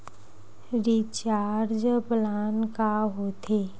Recharge plan का होथे?